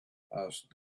asked